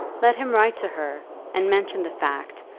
let him write to her and mention the fact,